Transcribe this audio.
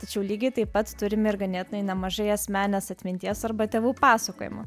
tačiau lygiai taip pat turim ir ganėtinai nemažai asmeninės atminties arba tėvų pasakojimų